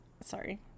sorry